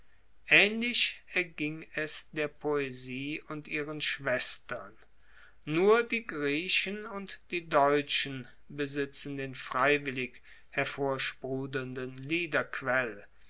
aehnlich erging es der poesie und ihren schwestern nur die griechen und die deutschen besitzen den freiwillig